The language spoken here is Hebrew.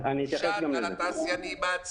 איזה מס הושת על התעשיינים, העצמאים,